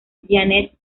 jeanette